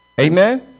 Amen